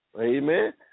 amen